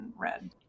read